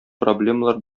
проблемалар